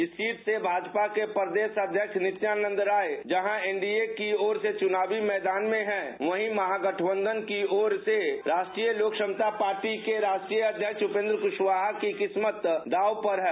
इस सीट से भाजपा के प्रदेश अध्यक्ष नित्यानंद राय जहां एनडीए की ओर से चुनावी मैदान में हैं वहीं महागठबंघन की ओर राष्ट्रीय लोक समता पार्टी के राष्ट्रीय अध्यक्ष उपेन्द्र कुशवाहा की किस्मत दांव पर है